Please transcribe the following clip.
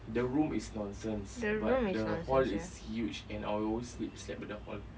the room is nonsense but the hall is huge and I'll always sleep slept at the hall